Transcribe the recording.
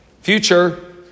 Future